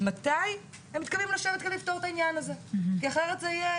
מתי הם מתכוונים לשבת ולפתור את העניין הזה כי אחרת זה יהיה